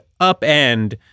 upend